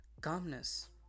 calmness